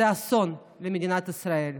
הוא אסון למדינת ישראל.